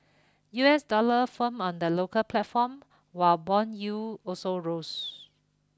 U S dollar firmed on the local platform while bond yield also rose